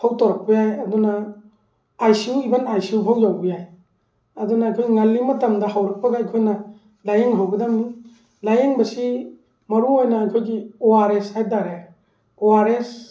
ꯐꯥꯎ ꯇꯧꯔꯛꯄ ꯌꯥꯏ ꯑꯗꯨꯅ I C U even I C U ꯐꯥꯎ ꯌꯧꯕ ꯌꯥꯏ ꯑꯗꯨꯅ ꯑꯩꯈꯣꯏ ꯉꯜꯂꯤꯉꯩ ꯃꯇꯝꯗ ꯍꯧꯔꯛꯄꯒ ꯑꯩꯈꯣꯏꯅ ꯂꯥꯏꯌꯦꯡ ꯍꯧꯒꯗꯕꯅꯤ ꯂꯥꯏꯌꯦꯡꯕꯁꯤ ꯃꯔꯨ ꯑꯣꯏꯅ ꯑꯩꯈꯣꯏꯒꯤ ꯑꯣ ꯑꯥꯔ ꯑꯦꯁ ꯍꯥꯏꯕꯇꯥꯔꯦ ꯑꯣ ꯑꯥꯔ ꯑꯦꯁ